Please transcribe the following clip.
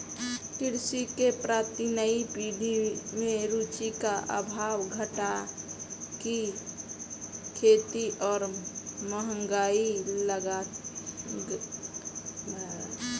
कृषि के प्रति नई पीढ़ी में रुचि का अभाव, घाटे की खेती और महँगी लागत भारत की कृषि समस्याए हैं